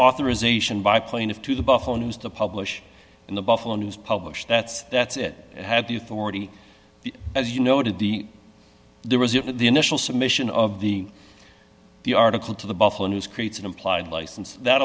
authorization by plaintiffs to the buffalo news to publish in the buffalo news published that's that's it had the authority as you noted the there was if the initial submission of the the article to the buffalo news creates an implied license that